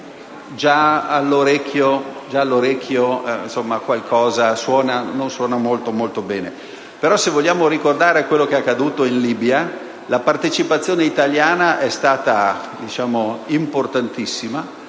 già all'orecchio qualcosa non suona molto bene, ma se vogliamo ricordare quanto accaduto in Libia, la partecipazione italiana è stata importantissima;